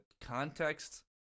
context